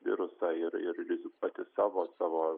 virusą ir ir rizikuoti savo savo